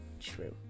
true